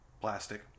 plastic